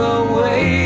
away